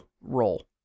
role